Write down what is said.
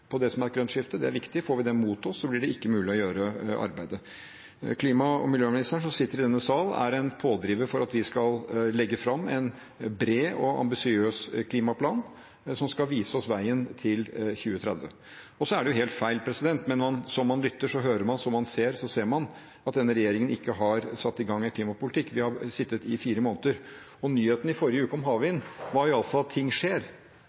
på det som er et grønt skifte. Det er viktig – får vi dem mot oss, blir det ikke mulig å gjøre arbeidet. Klima- og miljøvernministeren som sitter i denne sal, er en pådriver for at vi skal legge fram en bred og ambisiøs klimaplan som skal vise oss veien til 2030. Så er det helt feil – men som man lytter, hører man, og som man ser, ser man – at denne regjeringen ikke har satt i gang med klimapolitikk. Vi har sittet i fire måneder, og nyheten i forrige uke om havvind var iallfall at ting skjer